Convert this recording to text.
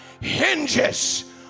hinges